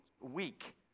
weak